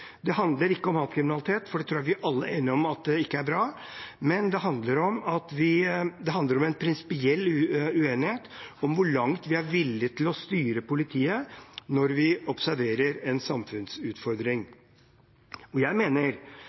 Det handler ikke om hatkriminalitet, for det tror jeg vi alle er enige om at ikke er bra, men det handler om en prinsipiell uenighet om hvor langt vi er villig til å styre politiet når vi observerer en samfunnsutfordring. Jeg mener